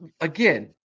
Again